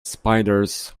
spiders